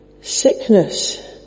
sickness